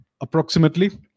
approximately